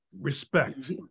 respect